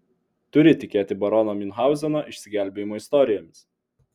turi tikėti barono miunchauzeno išsigelbėjimo istorijomis